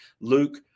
Luke